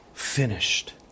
finished